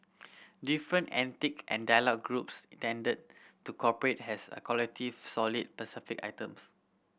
different ethnic and dialect groups tended to operate as a collective sold the specific items